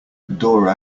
dora